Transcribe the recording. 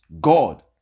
God